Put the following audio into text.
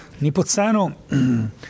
Nipozzano